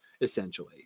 essentially